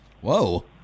Whoa